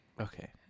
Okay